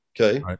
okay